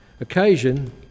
occasion